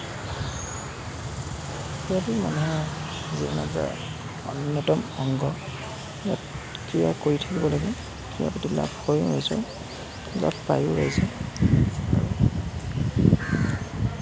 যিহেতু মানুহৰ জীৱনৰ এটা অন্য়তম অংগ ইয়াত ক্ৰীড়া কৰি থাকিব লাগে লাভ পাইয়ো আজি